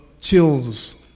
chills